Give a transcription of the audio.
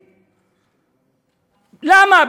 למה?